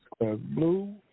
Blue